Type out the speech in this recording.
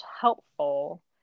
helpful